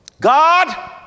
God